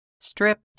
stripped